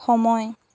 সময়